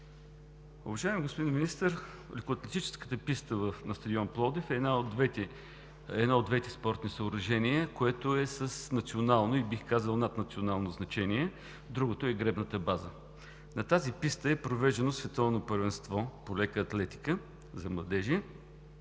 Уважаеми господин Министър, лекоатлетическата писта на стадион „Пловдив“ е едно от двете спортни съоръжения, което е с национално и бих казал – наднационално значение, другото е гребната база. На тази писта е провеждано Световно първенство по лека атлетика за младежи